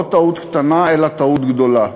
לא טעות קטנה, אלא טעות גדולה.